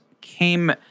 came